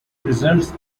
results